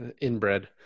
Inbred